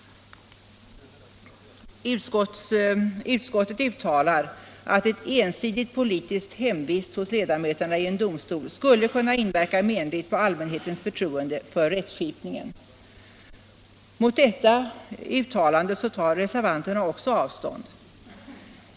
Utskottet uttalar att ett ensidigt politiskt hemvist hos ledmöterna i en domstol skulle kunna inverka menligt på allmänhetens förtroende för rättskipningen. Reservanterna tar avstånd från detta uttalande.